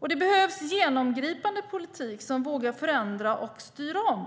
Det behövs en genomgripande politik som vågar förändra och styra om.